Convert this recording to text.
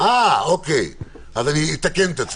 אז אני אתקן את עצמי.